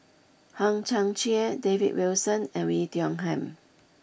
Hang Chang Chieh David Wilson and Oei Tiong Ham